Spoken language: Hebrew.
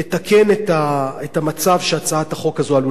את המצב שהצעת החוק הזאת עלולה ליצור.